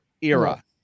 era